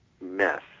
mess